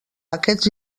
aquests